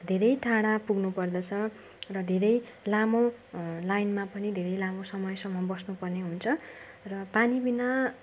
धेरै टाढा पुग्नुपर्दछ र धेरै लामो लाइनमा पनि धेरै लामो समयसम्म बस्नुपर्ने हुन्छ र पानीबिना